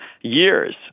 years